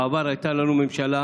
בעבר הייתה לנו ממשלה